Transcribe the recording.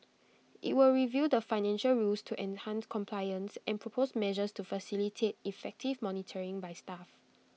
IT will review the financial rules to enhance compliance and propose measures to facilitate effective monitoring by staff